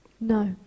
No